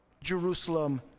Jerusalem